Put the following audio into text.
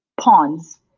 pawns